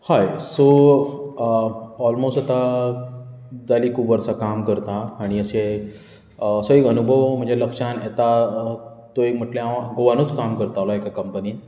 हय so almost आतां जालीं खूब वर्सां काम करतां आनी अशे असो एक अनूभव म्हज्या लक्षांत येता तो एक म्हटल्यार हांव गोवानूच काम करतालो एका कंपनीन